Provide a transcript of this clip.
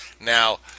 Now